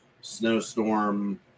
snowstorm